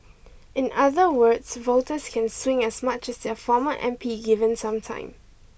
in other words voters can swing as much as their former M P given some time